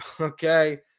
okay